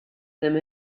them